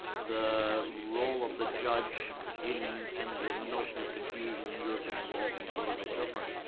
the role of the judge in and the notion of confusion and european law being a little bit different.